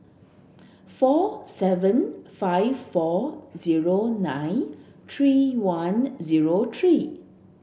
four seven five four zero nine three one zero three